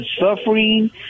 suffering